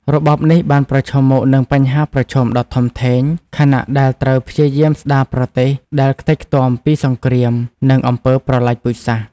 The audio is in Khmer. របបនេះបានប្រឈមមុខនឹងបញ្ហាប្រឈមដ៏ធំធេង ខណៈដែលត្រូវព្យាយាមស្ដារប្រទេសដែលខ្ទេចខ្ទាំពីសង្គ្រាម និងអំពើប្រល័យពូជសាសន៍។